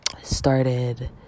started